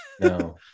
No